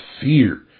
fear